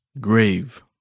Grave